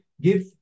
give